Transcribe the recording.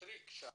טריק שם.